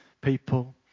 people